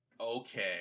Okay